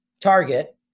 target